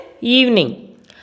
evening